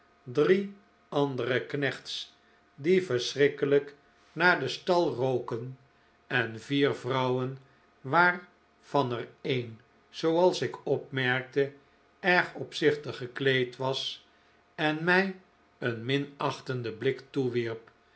drie andere knechts die verschrikkelijk naar den stal rooken en vier vrouwen waarvan er een zooals ik opmerkte erg opzichtig gekleed was en mij een minachtenden blik toewierp